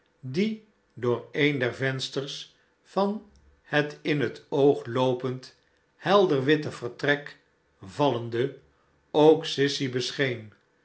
die door een der vensters van het in net oog loopend helder witte vertrek vallende ook sissy bescheen